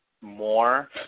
more